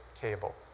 cable